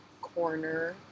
corner